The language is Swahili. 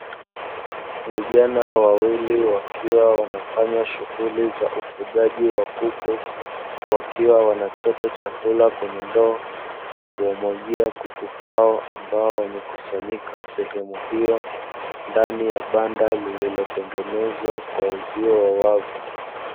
Vijana wawili wakiwa wanafanya shughuli za ufugaji wa kuku, wakiwa wanachota chakula kwenye ndoo na kuwamwagia kukua hao ambao wamekusanyika sehemu hiyo ndani ya bando lililotengenezwa kwa uzio wa wavu.